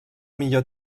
millor